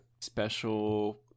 special